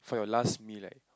for your last meal right